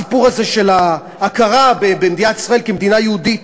הסיפור הזה של ההכרה במדינת ישראל כמדינה יהודית.